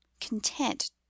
content